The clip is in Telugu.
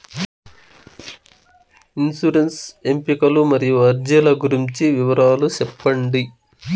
ఇన్సూరెన్సు ఎంపికలు మరియు అర్జీల గురించి వివరాలు సెప్పండి